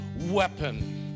weapon